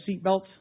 seatbelts